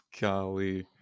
golly